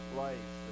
life